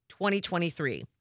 2023